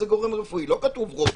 לא כתוב רופא,